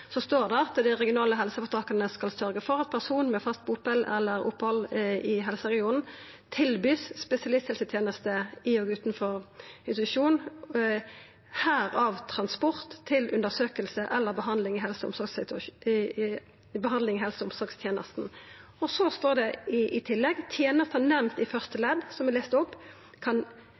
står det: «Det regionale helseforetaket skal sørge for at personer med fast bopel eller oppholdssted innen helseregionen tilbys spesialisthelsetjeneste i eller utenfor institusjon herunder transport til undersøkelse eller behandling i helse- og omsorgstjenesten». Så står det i tillegg: «Tjenester som nevnt i første ledd», som eg las opp,